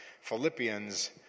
Philippians